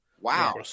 Wow